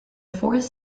fourth